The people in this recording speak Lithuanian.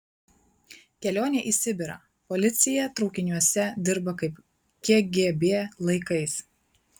kelionė į sibirą policija traukiniuose dirba kaip kgb laikais